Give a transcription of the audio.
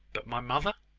but my mother?